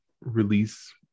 release